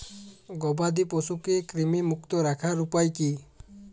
গবাদি পশুকে কৃমিমুক্ত রাখার উপায় কী?